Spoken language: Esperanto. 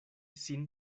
sin